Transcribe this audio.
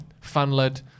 fan-led